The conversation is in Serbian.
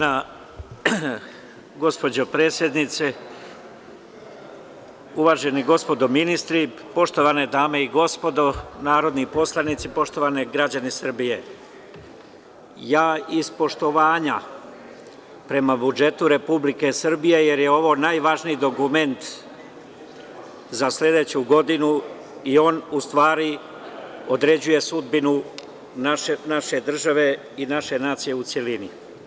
Uvažena gospođo predsednice, uvažena gospodo ministri, poštovane dame i gospodo narodni poslanici, poštovani građani Srbije, ja iz poštovanja prema budžetu Republike Srbije, jer je ovo najvažniji dokument za sledeću godinu i on u stvari određuje sudbinu naše države i naše nacije u celini.